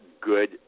good